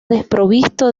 desprovisto